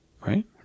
Right